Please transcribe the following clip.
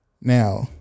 now